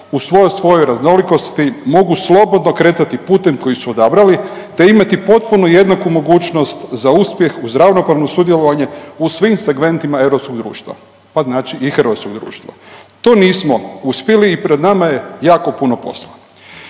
svojoj raznolikosti mogu slobodno kretati putem koji su odabrali, te imati potpuno jednaku mogućnost za uspjeh uz ravnopravno sudjelovanje u svim segmentima europskog društva, pa znači i hrvatskog društva. To nismo uspjeli i pred nama je jako puno posla.